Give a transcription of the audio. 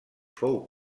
fou